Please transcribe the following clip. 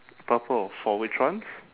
purple for which ones